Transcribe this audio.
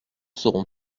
serons